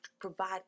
provide